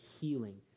healing